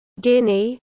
Guinea